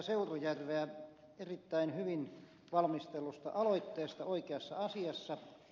seurujärveä erittäin hyvin valmistellusta aloitteesta oikeassa asiassa